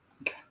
Okay